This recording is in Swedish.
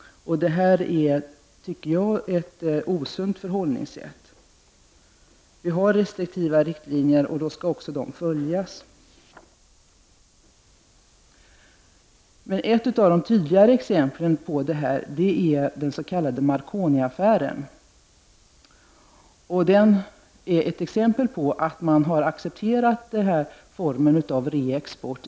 Jag tycker att det här är ett osunt förhållningssätt. Vi har ju restriktiva riktlinjer, och de skall följas. Ett av de tydligaste exemplen är den s.k. Marconiaffären. Det är ett exempel på att regeringskansliet har accepterat den här formen av reexport.